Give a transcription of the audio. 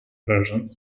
versions